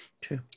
True